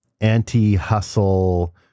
anti-hustle